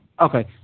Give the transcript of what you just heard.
Okay